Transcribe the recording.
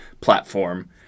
platform